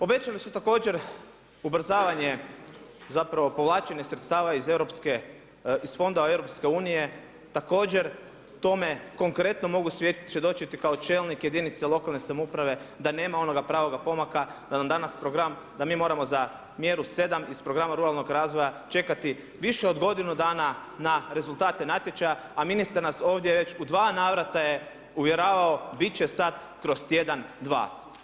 Obećali su također ubrzavanje, zapravo povlačenje sredstava iz Fonda Europske unije, također tome konkretno mogu svjedočiti kao čelnik jedinice lokalne samouprave da nema onoga pravoga pomaka, da nam danas program da mi moramo za mjeru 7. iz programa ruralnog razvoja čekati više od godinu dana na rezultate natječaja, a ministar nas ovdje već u dva navrata je uvjeravao bit će sad kroz tjedan, dva.